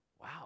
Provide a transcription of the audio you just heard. Wow